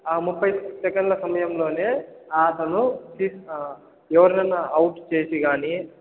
ఆ ముప్పై సెకండ్ల సమయంలోనే అతను తీ ఎవరినైనా అవుట్ చేసి కాని